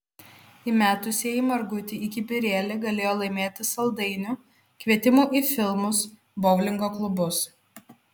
įmetusieji margutį į kibirėlį galėjo laimėti saldainių kvietimų į filmus boulingo klubus